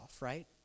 right